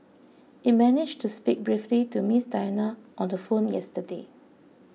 it managed to speak briefly to Miss Diana on the phone yesterday